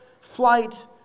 flight